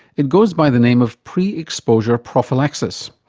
it goes by the name of pre-exposure prophylaxis,